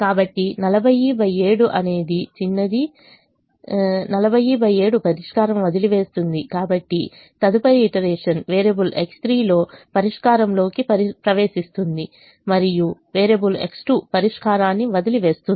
కాబట్టి తదుపరి iteration variable X3 లో పరిష్కారంలోకి ప్రవేశిస్తుంది మరియు వేరియబుల్ X2 పరిష్కారాన్ని వదిలివేస్తుంది